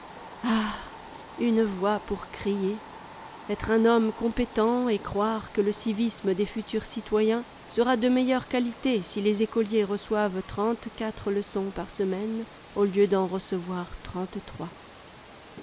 une voix pour crier etre un homme compétent et croire que le civisme des futurs citoyens sera de meilleure qualité si les écoliers reçoivent leçons par semaine au lieu d'en recevoir